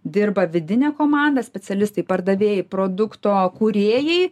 dirba vidinė komanda specialistai pardavėjai produkto kūrėjai